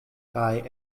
kaj